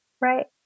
Right